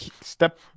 step